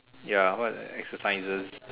ya what are the exercises